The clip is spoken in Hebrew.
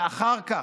ואחר כך,